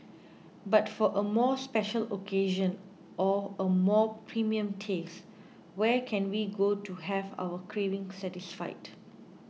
but for a more special occasion or a more premium taste where can we go to have our craving satisfied